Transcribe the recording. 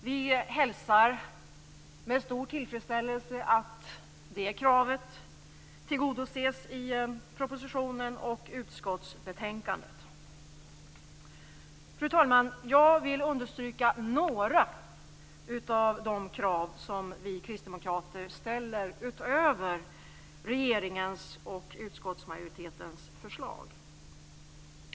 Vi hälsar med stor tillfredsställelse att det kravet tillgodoses i propositionen och i utskottsbetänkandet. Jag vill betona några av de krav som vi kristdemokrater ställer utöver utskottsmajoritetens och regeringens förslag.